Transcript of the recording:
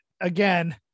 again